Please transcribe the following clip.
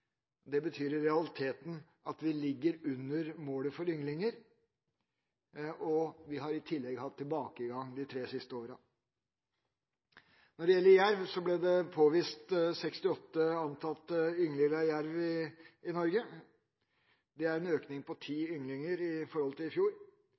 Det betyr i realiteten at vi ligger under målet for ynglinger. Vi har i tillegg hatt tilbakegang de siste tre årene. Når det gjelder jerv, ble det påvist 68 antatte ynglinger i Norge. Det er en økning på